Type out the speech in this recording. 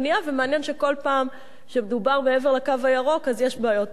ומעניין שכל פעם שמדובר מעבר ל"קו הירוק" אז יש בעיות בנייה.